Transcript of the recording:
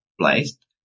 placed